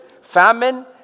famine